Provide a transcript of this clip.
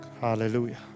hallelujah